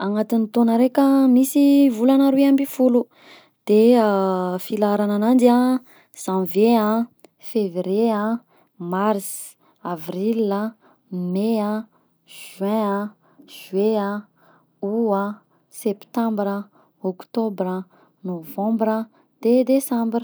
Agnatin'ny taona raika misy volana roy ambin'ny folo, filaharana ananjy a: zanvie, fevrie, mars, avrila, mey a, juin a, juillet a, aout a, septambra, oktobra, novambra de desambra.